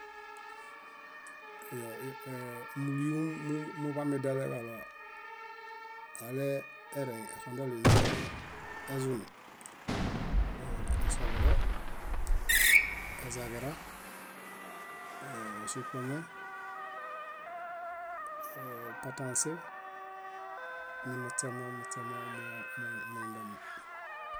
Múlimum muḃamidiale kaɭo alemoreŋ exondoli nezuni, esoḃule, ezaġira, eŝupome, opatãse, nimuśemo, muśemo muindomi